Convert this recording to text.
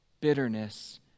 bitterness